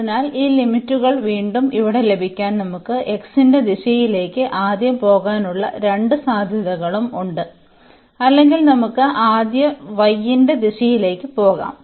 അതിനാൽ ഈ ലിമിറ്റുകൾ വീണ്ടും ഇവിടെ ലഭിക്കാൻ നമുക്ക് x ന്റെ ദിശയിലേക്ക് ആദ്യം പോകാനുള്ള രണ്ട് സാധ്യതകളും ഉണ്ട് അല്ലെങ്കിൽ നമുക്ക് ആദ്യം y ന്റെ ദിശയിലേക്ക് പോകാം